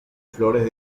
flores